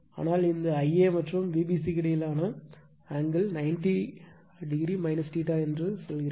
ஆனால் இந்த Ia மற்றும் Vbc க்கு இடையிலான ஆங்கிள் 90o என்று சொன்னேன்